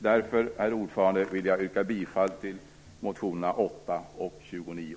Därför, herr talman, vill jag yrka bifall till motionerna Fö8 och Fö29.